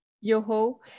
Yoho